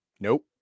nope